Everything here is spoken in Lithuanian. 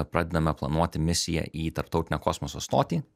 pradedame planuoti misiją į tarptautinę kosmoso stotį